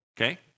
Okay